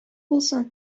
булсын